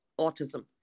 autism